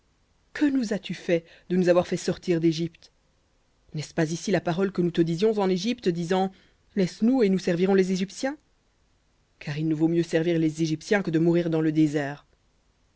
que nous as-tu fait de nous avoir fait sortir dégypte nest ce pas ici la parole que nous te disions en égypte disant laisse-nous et nous servirons les égyptiens car il nous vaut mieux servir les égyptiens que de mourir dans le désert